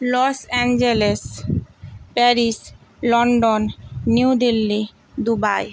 loss Angeles Paris London New Delhi Dubai